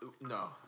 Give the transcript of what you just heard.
no